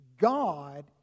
God